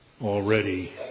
already